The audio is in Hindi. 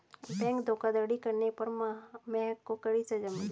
बैंक धोखाधड़ी करने पर महक को कड़ी सजा मिली